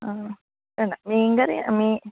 ആ വേണ്ട മീൻ കറി മീൻ